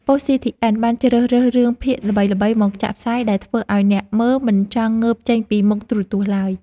ប៉ុស្តិ៍ស៊ីធីអិនបានជ្រើសរើសរឿងភាគល្បីៗមកចាក់ផ្សាយដែលធ្វើឱ្យអ្នកមើលមិនចង់ងើបចេញពីមុខទូរទស្សន៍ឡើយ។